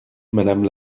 madame